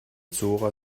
zora